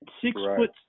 Six-foot